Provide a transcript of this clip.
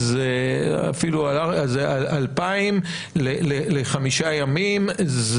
זה 200 ביום.